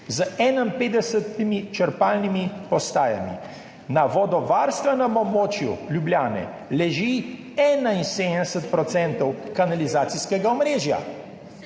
z 51 črpalnimi postajami. Na vodovarstvenem območju Ljubljane leži 71 % kanalizacijskega omrežja.